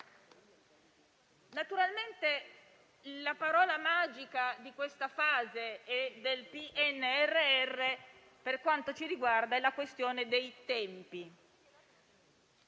Naturalmente, la parola magica di questa fase e del PNRR, per quanto ci riguarda, è la questione dei tempi.